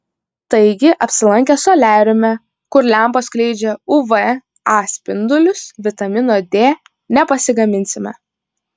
taigi apsilankę soliariume kur lempos skleidžia uv a spindulius vitamino d nepasigaminsime